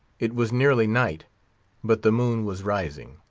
it was nearly night but the moon was rising.